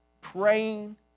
praying